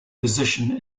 position